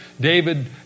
David